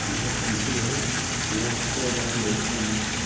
यह जो पक्षी है तो उसको अगर हम देखते हैं